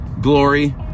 glory